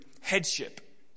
headship